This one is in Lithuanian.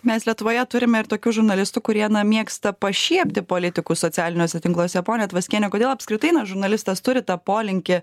mes lietuvoje turime ir tokių žurnalistų kurie mėgsta pašiepti politikus socialiniuose tinkluose ponia tvaskiene kodėl apskritai na žurnalistas turi tą polinkį